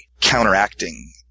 Counteracting